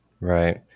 Right